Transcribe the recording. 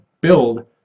build